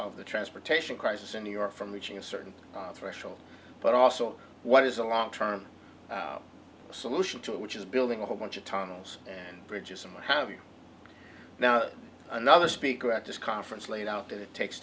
of the transportation crisis in new york from reaching a certain threshold but also what is a long term solution to it which is building a whole bunch of tunnels and bridges and what have you now another speaker at this conference laid out that it takes